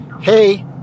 Hey